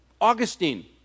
Augustine